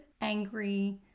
angry